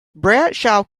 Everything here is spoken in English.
bradshaw